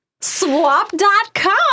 Swap.com